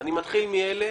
ואני מתחיל מאלה